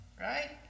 right